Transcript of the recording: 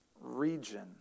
region